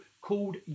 called